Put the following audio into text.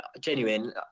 genuine